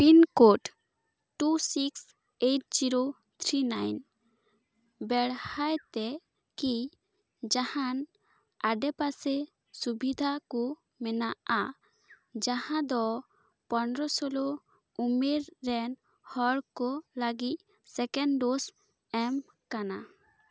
pin code two six eight zero three nine ᱵᱮᱲᱦᱟᱭ ᱛᱮ ᱠᱤ ᱡᱟᱦᱟᱱ ᱟᱰᱮᱯᱟᱥᱮ ᱥᱩᱵᱤᱫᱷᱟ ᱠᱚ ᱢᱮᱱᱟᱜᱼᱟ ᱡᱟᱦᱟᱸ ᱫᱚ ᱯᱚᱱᱮᱨᱚ ᱥᱳᱞᱳ ᱩᱢᱮᱨ ᱨᱮᱱ ᱦᱚᱲ ᱠᱚ ᱞᱟᱹᱜᱤᱫ ᱥᱮᱠᱮᱱᱰ ᱰᱳᱡᱽ ᱮᱢ ᱠᱟᱱᱟ